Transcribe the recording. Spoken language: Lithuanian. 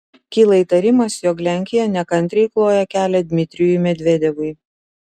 kyla įtarimas jog lenkija nekantriai kloja kelią dmitrijui medvedevui